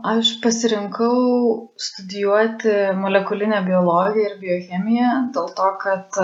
aš pasirinkau studijuoti molekulinę biologiją ir biochemiją dėl to kad